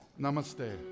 namaste